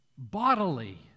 bodily